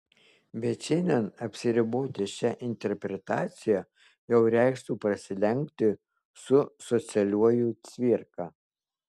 bet šiandien apsiriboti šia interpretacija jau reikštų prasilenkti su socialiuoju cvirka